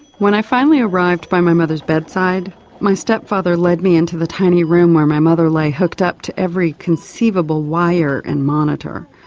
when i finally arrived by my mother's bedside my stepfather led me into the tiny room where my mother lay hooked up to every conceivable wire and monitor.